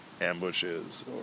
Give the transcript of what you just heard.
ambushes